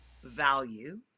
value